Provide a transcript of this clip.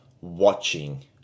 watching